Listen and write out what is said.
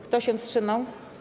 Kto się wstrzymał?